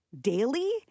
daily